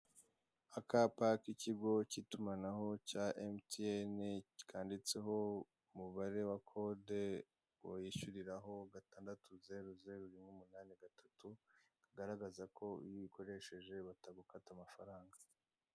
Akapa k'ikigo k'itumanaho cya Emutiyeni kanditseho umubare wa code wishyuriraho 600183 bigaragaza ko iyo ubikoresheje batagukata amafaranga.